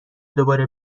دوباره